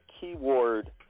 keyword